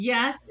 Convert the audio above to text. Yes